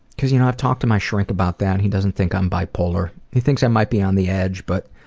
cause you know i've talked to my shrink about that, he doesn't think i'm bipolar. he thinks i might be on the edge, but